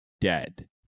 dead